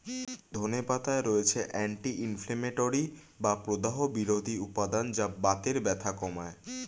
ধনে পাতায় রয়েছে অ্যান্টি ইনফ্লেমেটরি বা প্রদাহ বিরোধী উপাদান যা বাতের ব্যথা কমায়